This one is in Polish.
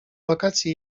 wakacje